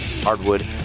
Hardwood